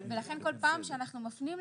ולכן כל פעם שאנחנו מפנים לשם,